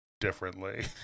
differently